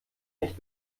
nicht